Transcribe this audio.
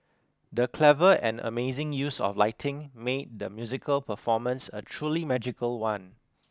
the clever and amazing use of lighting made the musical performance a truly magical one